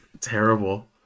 terrible